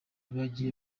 bagiye